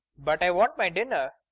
but i want my dinner.